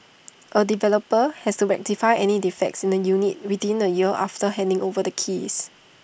A developer has to rectify any defects in the units within A year after handing over the keys